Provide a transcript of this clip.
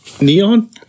neon